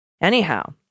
Anyhow